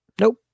Nope